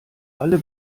alle